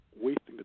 wasting